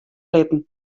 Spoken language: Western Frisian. litten